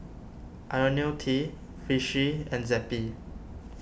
Ionil T Vichy and Zappy